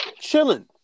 chilling